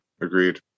agreed